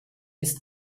ist